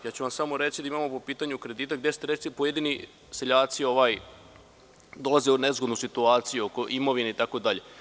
Samo ću vam reći da imamo po pitanju kredita gde pojedini seljaci dolaze u nezgodnu situaciju oko imovine itd.